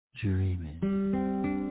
dreaming